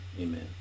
Amen